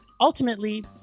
Ultimately